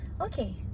Okay